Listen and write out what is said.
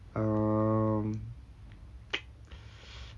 um